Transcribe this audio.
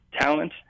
talent